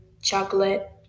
Chocolate